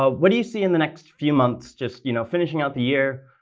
ah what do you see in the next few months? just you know finishing out the year.